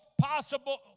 possible